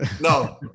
No